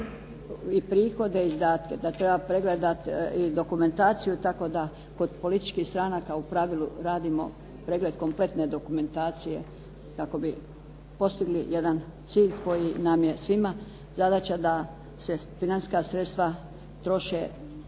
i prihode i da treba pregledati i dokumentaciju tako da kod političkih stranaka u pravilu radimo pregled kompletne dokumentacije kako bi postigli jedan cilj koji nam je svima zadaća da se financijska sredstva troše